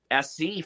sc